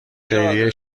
خیریه